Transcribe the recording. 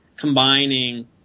combining